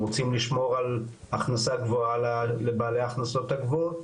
הם רוצים לשמור על הכנסה גבוהה לבעלי ההכנסות הגבוהות,